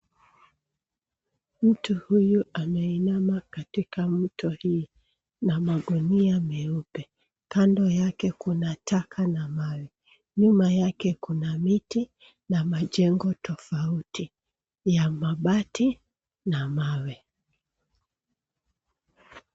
Mtu huyu ameinama katika mto hii na magunia meupe .Kando yake kuna taka na mawe. Nyuma yake kuna miti na majengo tofauti , ya mabati na mawe.